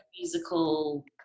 Musical